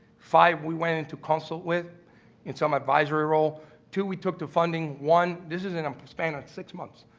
five we went in to consult with in some advisory role two we took the funding, one, this is an um span of six months,